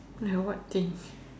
like what thing